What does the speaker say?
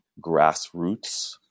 grassroots